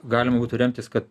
galima būtų remtis kad